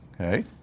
Okay